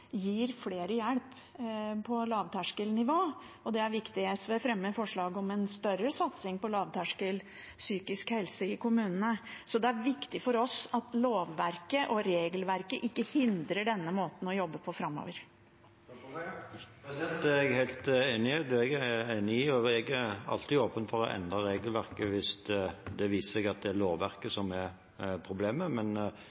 gir flere hjelp på lavterskelnivå, og det er viktig. SV fremmer forslag om en større satsing på lavterskel psykisk helsehjelp i kommunene, så det er viktig for oss at lovverket og regelverket ikke hindrer denne måten å jobbe på framover. Det er jeg helt enig i, og jeg er alltid åpen for å endre regelverket hvis det viser seg at det er lovverket